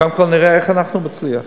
קודם כול נראה איך אנחנו נצליח.